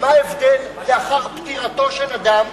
מה ההבדל לאחר פטירתו של אדם,